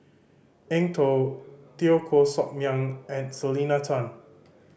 Eng Tow Teo Koh Sock Miang and Selena Tan